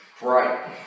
right